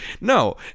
No